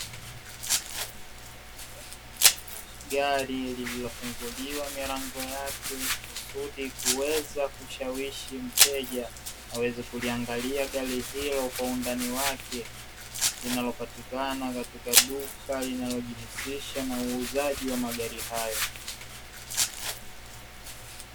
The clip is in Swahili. Gari lililofunguliwa milango yake, kusudi kuweza kumshawishi mteja aweze kuliangalia gari hilo kwa undani wake linalopatikana katika duka linalojihusisha na uuzaji wa magari hayo.